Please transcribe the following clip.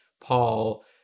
paul